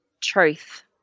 Truth